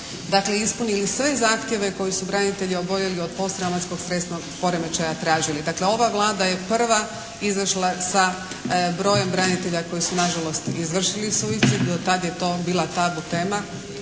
dakle ispunili sve zahtjeve koje su branitelji oboljeli od posttraumatskog stresnog poremećaja tražili. Dakle ova Vlada je prva izašla sa brojem branitelja koji su nažalost izvršili suicid. Do tad je to bila tabu tema,